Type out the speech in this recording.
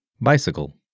Bicycle